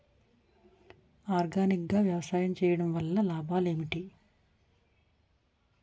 Organic గా వ్యవసాయం చేయడం వల్ల లాభాలు ఏంటి?